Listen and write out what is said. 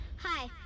Hi